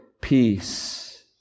peace